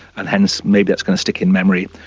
and hence maybe that is going to stick in memory,